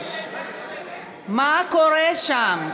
מה קורה שם?